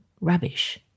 rubbish